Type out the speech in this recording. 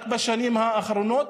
רק בשנים האחרונות.